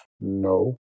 No